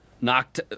knocked